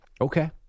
Okay